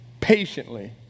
patiently